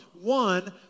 one